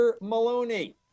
Maloney